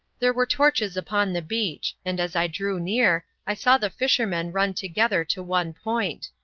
there were torches upon the beach, and as i drew near, i saw the fishermen run together to one point.